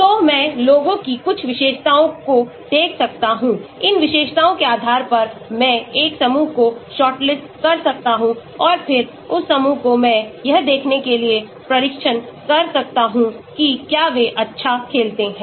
तो मैं लोगों की कुछ विशेषताओं को देख सकता हूं इन विशेषताओं के आधार पर मैं एक समूह को शॉर्टलिस्ट कर सकता हूं और फिर उस समूह को मैं यह देखने के लिए परीक्षण कर सकता हूं कि क्या वे अच्छा खेलते हैं